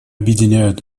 объединяют